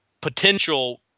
potential